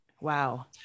Wow